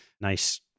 nice